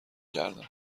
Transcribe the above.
کردم